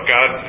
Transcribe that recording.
God